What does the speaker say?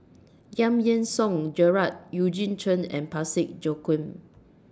Giam Yean Song Gerald Eugene Chen and Parsick Joaquim